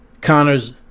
Connor's